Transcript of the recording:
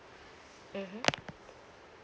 mmhmm